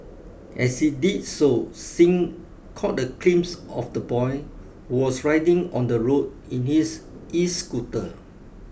as he did so Singh caught a glimpse of the boy was riding on the road in his escooter